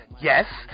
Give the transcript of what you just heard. Yes